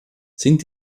sind